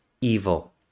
evil